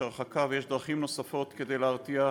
יש הרחקה ויש דרכים נוספות כדי להרתיע.